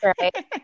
right